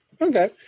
Okay